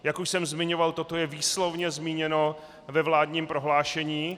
Jak už jsem zmiňoval, toto je výslovně zmíněno ve vládním prohlášení.